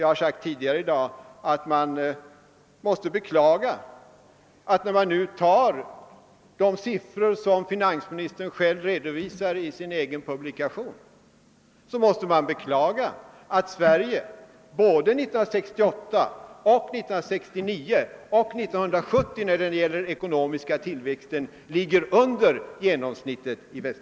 Jag har sagt tidigare i dag att man, när man ser de siffror som finansministern själv redovisar i sin publikation, måste beklaga att Sverige både 1968; 1969 och 1970 ligger under genomsnittet i Västeuropa när det gäller ekonomisk tillväxt.